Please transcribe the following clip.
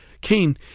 Cain